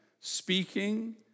speaking